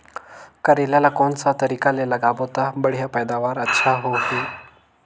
करेला ला कोन सा तरीका ले लगाबो ता बढ़िया पैदावार अच्छा होही?